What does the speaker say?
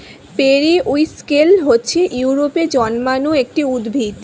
periwinkle হচ্ছে ইউরোপে জন্মানো একটি উদ্ভিদ